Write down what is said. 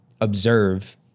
observe